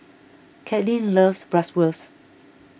Kaitlyn loves Bratwurst